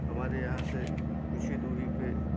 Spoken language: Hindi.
हमारे यहाँ से कुछ ही दूरी पे